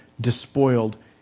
despoiled